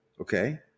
Okay